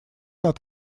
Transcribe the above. над